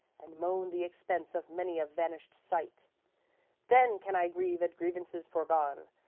and moan the expense of many a vanish'd sight then can i grieve at grievances foregone,